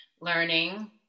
learning